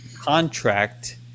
Contract